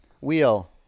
Wheel